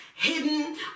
Hidden